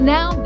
Now